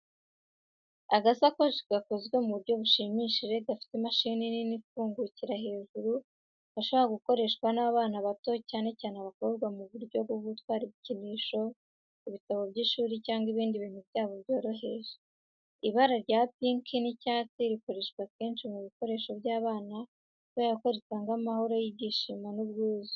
Agasakoshi gakozwe mu buryo bushimishije, gafite imashini nini ifungukira hejuru. Gashobora gukoreshwa n’abana bato cyane abakobwa mu buryo bwo gutwara ibikinisho, ibitabo by’ishuri, cyangwa ibindi bintu byabo byoroheje. Ibara rya pink n’icyatsi rikoreshwa kenshi mu bikoresho by’abana kubera ko ritanga amahoro, ibyishimo, n’ubwuzu.